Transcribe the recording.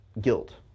guilt